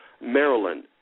Maryland